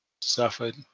suffered